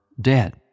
dead